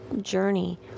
journey